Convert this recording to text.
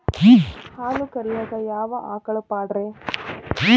ಹಾಲು ಕರಿಯಾಕ ಯಾವ ಆಕಳ ಪಾಡ್ರೇ?